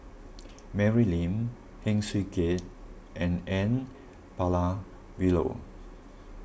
Mary Lim Heng Swee Keat and N Palanivelu